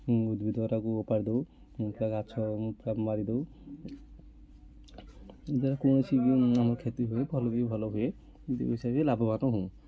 ଉଦ୍ଭିଦ ଗୁଡ଼ାକୁ ଓପାଡ଼ି ଦଉ ଗଛ ମାରି ଦଉ ଯେକୌଣସି ବି କ୍ଷତି ହୁଏ ଫଲ ବି ଭଲ ହୁଏ ଦୁଇ ପଇସା ବି ଲାଭବାନ ହଉ